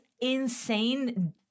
insane